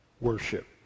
worship